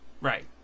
Right